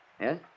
Yes